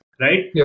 right